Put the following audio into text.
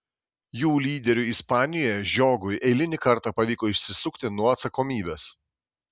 jų lyderiui ispanijoje žiogui eilinį kartą pavyko išsisukti nuo atsakomybės